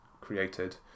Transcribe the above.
created